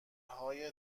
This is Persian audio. های